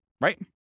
Right